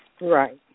Right